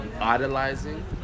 idolizing